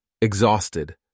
Exhausted